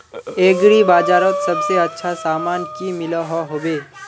Agri बजारोत सबसे अच्छा सामान की मिलोहो होबे?